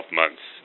months